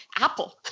Apple